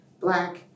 black